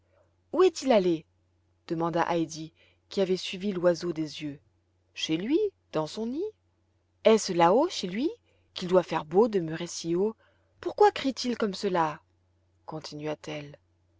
où est-il allé demanda heidi qui avait suivi l'oiseau des yeux chez lui dans son nid est-ce là-haut chez lui qu'il doit faire beau demeurer si haut pourquoi crie-t-il comme cela